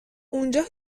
اونجا